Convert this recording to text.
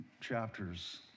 chapters